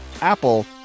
Apple